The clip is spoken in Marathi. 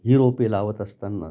ही रोपे लावत असतानाच